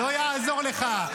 --- לא יעזור לך.